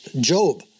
Job